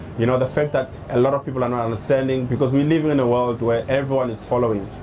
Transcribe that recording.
you know, the fact that a lot of people aren't understanding because we live in in a world where everyone is following.